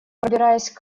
пробираясь